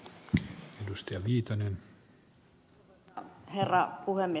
arvoisa herra puhemies